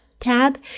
Tab